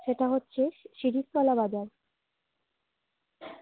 সেটা হচ্ছে শিরীষতলা বাজার